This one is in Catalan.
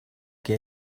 que